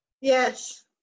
Yes